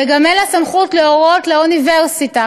וגם אין לה סמכות להורות לאוניברסיטה.